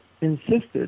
insisted